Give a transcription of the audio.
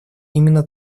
именно